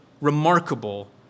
remarkable